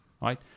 right